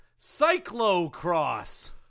Cyclocross